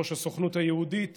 יושב-ראש הסוכנות היהודית